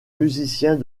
musiciens